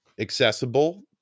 Accessible